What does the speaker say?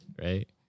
Right